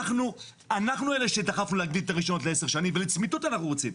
אנחנו אלה שדחפנו להגדיל את הרישיונות לעשר שנים ולצמיתות אנחנו רוצים.